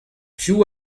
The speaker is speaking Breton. piv